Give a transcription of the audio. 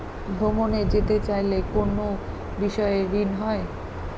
ভ্রমণে যেতে চাইলে কোনো বিশেষ ঋণ হয়?